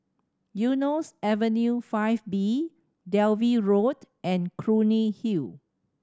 Eunos Avenue Five B Dalvey Road and Clunny Hill